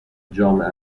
جامعه